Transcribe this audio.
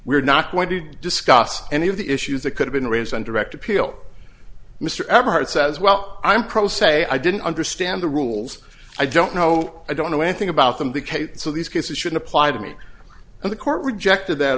we're not going to discuss any of the issues that could have been raised on direct appeal mr ebert says well i'm pro se i didn't understand the rules i don't know i don't know anything about them the case so these cases should apply to me and the court rejected that